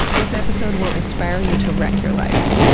this episode will inspire you to wreck your life.